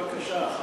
יש לי רק בקשה אחת.